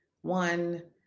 one